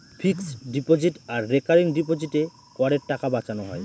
fixed deposit আর recurring ডিপোজিটে করের টাকা বাঁচানো হয়